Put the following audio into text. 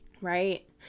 Right